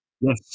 Yes